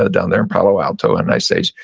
ah down there in palo alto, and i say,